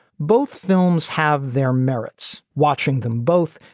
both films have their merits. watching them both,